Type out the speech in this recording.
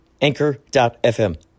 Anchor.fm